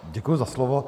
Děkuji za slovo.